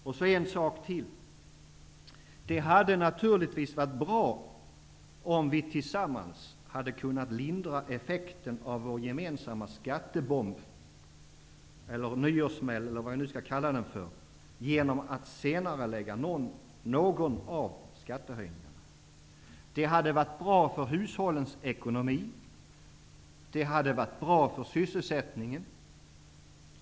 Och så en sak till: Det hade naturligtvis varit bra, om vi tillsammans hade kunnat lindra effekterna av vår gemensamma skattebomb, nyårssmäll eller vad vi nu skall kalla den för, genom att senarelägga någon av skattehöjningarna. Det hade varit bra för hushållens ekonomi och för sysselsättningen.